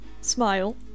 smile